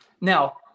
now